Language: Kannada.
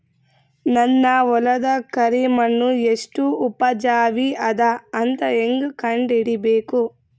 ನನ್ನ ಹೊಲದ ಕರಿ ಮಣ್ಣು ಎಷ್ಟು ಉಪಜಾವಿ ಅದ ಅಂತ ಹೇಂಗ ಕಂಡ ಹಿಡಿಬೇಕು?